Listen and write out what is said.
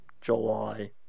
July